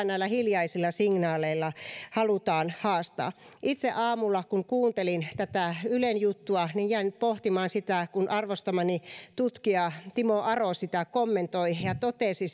näillä hiljaisilla signaaleilla halutaan haastaa kun itse aamulla kuuntelin tätä ylen juttua jäin pohtimaan sitä miten arvostamani tutkija timo aro sitä kommentoi ja ja totesi